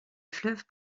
fleuve